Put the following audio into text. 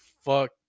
fuck